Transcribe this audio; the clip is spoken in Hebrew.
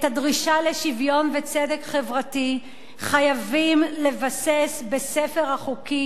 את הדרישה לשוויון וצדק חברתי חייבים לבסס בספר החוקים